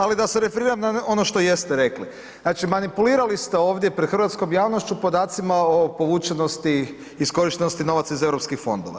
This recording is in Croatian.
Ali da se referiram na ono što jeste rekli, znači manipulirali ste ovdje pred hrvatskom javnošću podacima o povučenosti, iskorištenosti novaca iz Europskih fondova.